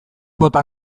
bota